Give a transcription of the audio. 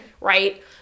right